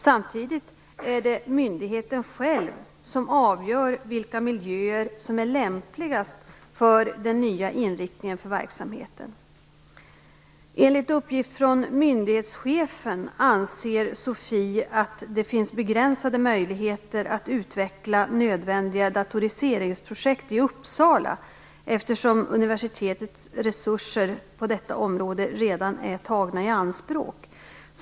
Samtidigt är det myndigheten själv som avgör vilka miljöer som är lämpligast för den nya inriktningen för verksamheten. Enligt uppgift från myndighetschefen anser SOFI att det finns begränsade möjligheter att utveckla nödvändiga datoriseringsprojekt i Uppsala, eftersom universitetets resurser på detta område redan är tagna i anspråk.